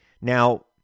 Now